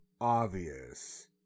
obvious